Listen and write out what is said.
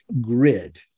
grid